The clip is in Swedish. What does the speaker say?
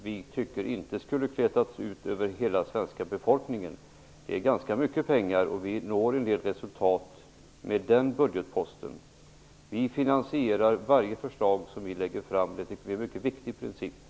Vi tycker inte att den skulle ha kletats ut över hela svenska befolkningen. Det handlar om ganska mycket pengar. Vi når en del resultat med den budgetposten. Vi finansierar varje förslag som vi lägger fram. Det tycker vi är en mycket viktig princip. Tack!